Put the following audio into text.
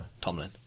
Tomlin